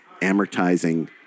amortizing